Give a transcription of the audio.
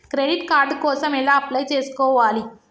Credit card కోసం ఎలా apply చేసుకోవాలి?